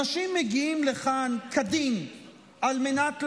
אנשים מגיעים לכאן כדין על מנת לעבוד,